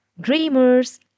Dreamers